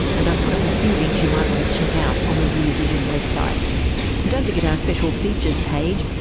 and i've put up a few links you might want to check out on the rear vision website. and don't forget our special features page,